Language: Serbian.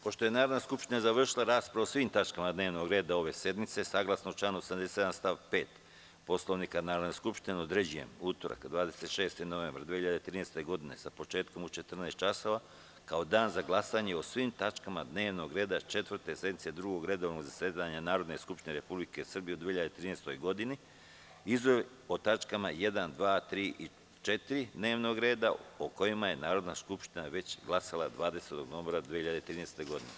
Pošto je Narodna skupština završila raspravu o svim tačkama dnevnog reda ove sednice, saglasno članu 87. stav 5. Poslovnika Narodne skupštine, određujem utorak, 26. novembar 2013. godine sa početkom u 14,00 časova kao dan za glasanje o svim tačkama dnevnog reda Četvrte sednice Drugog redovnog zasedanja Narodne skupštine Republike Srbije u 2013. godini, izuzev o tačkama 1, 2, 3. i 4. dnevnog reda, o kojima je Narodna skupština već glasala 20. novembra 2013. godine.